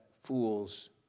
fools